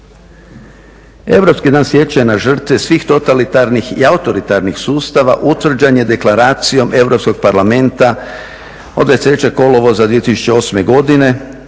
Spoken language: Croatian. Europski dan sjećanja na žrtve svih totalitarnih i autoritarnih sustava utvrđen je deklaracijom Europskog parlamenta od 23. kolovoza 2008. godine